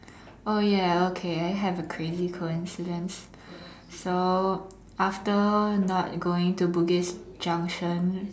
oh ya okay I have a crazy coincidence so after not going to Bugis Junction